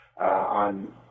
on